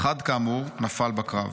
"אחד, כאמור, נפל בקרב.